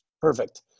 Perfect